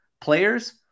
Players